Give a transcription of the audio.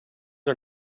are